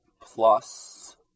plus